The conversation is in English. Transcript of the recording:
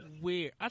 weird